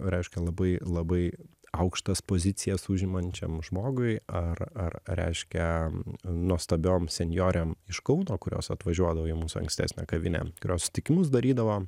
reiškia labai labai aukštas pozicijas užimančiam žmogui ar ar reiškia nuostabiom senjorėm iš kauno kurios atvažiuodavo į mūsų ankstesnę kavinę kurios sutikimus darydavo